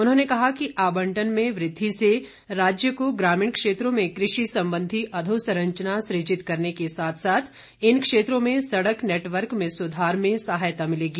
उन्होंने कहा कि आबंटन में वृद्धि से राज्य को ग्रामीण क्षेत्रों में कृषि संबंधी अधोसंरचना सृजित करने के साथ साथ इन क्षेत्रों में सड़क नेटवर्क में सुधार में सहायता मिलेगी